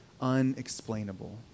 unexplainable